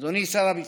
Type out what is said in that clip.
אדוני שר הביטחון,